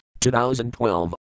2012